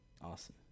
Awesome